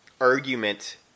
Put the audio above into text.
argument